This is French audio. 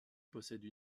possède